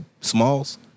Smalls